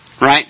Right